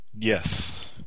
Yes